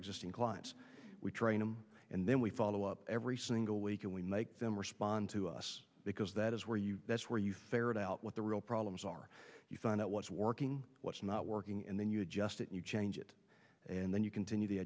existing clients we train them and then we follow up every single week and we make them respond to us because that is where you that's where you ferret out what the real problems are you find out what's working what's not working and then you adjust it you change it and then you continue the